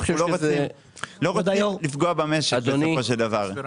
אנחנו לא רוצים לפגוע במשק בסופו של דבר.